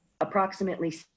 approximately